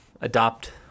adopt